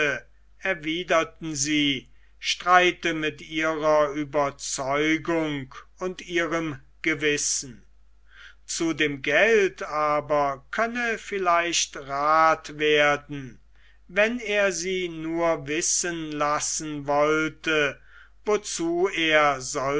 erwiderten sie streite mit ihrer ueberzeugung und ihrem gewissen zu dem gelde aber könne vielleicht rath werden wenn er sie nur wissen lassen wollte wozu er